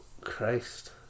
christ